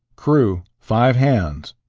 crew, five hands.